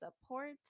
support